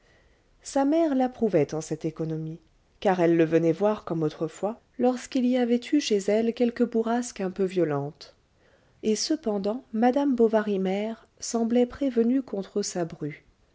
sa mère l'approuvait en cette économie car elle le venait voir comme autrefois lorsqu'il y avait eu chez elle quelque bourrasque un peu violente et cependant madame bovary mère semblait prévenue contre sa bru